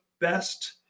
best